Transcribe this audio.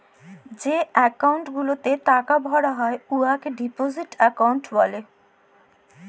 যে একাউল্ট গুলাতে টাকা ভরা হ্যয় উয়াকে ডিপজিট একাউল্ট ব্যলে